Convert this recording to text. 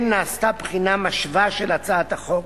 כן נעשתה בחינה משווה של הצעת החוק,